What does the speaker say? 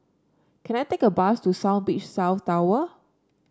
can I take a bus to South Beach South Tower